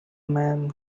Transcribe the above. man